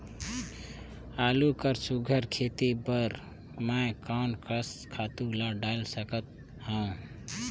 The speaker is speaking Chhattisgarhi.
आलू कर सुघ्घर खेती बर मैं कोन कस खातु ला डाल सकत हाव?